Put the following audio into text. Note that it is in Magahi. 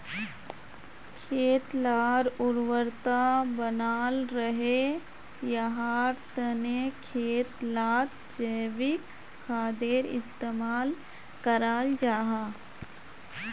खेत लार उर्वरता बनाल रहे, याहार तने खेत लात जैविक खादेर इस्तेमाल कराल जाहा